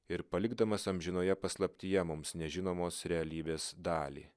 ir palikdamas amžinoje paslaptyje mums nežinomos realybės dalį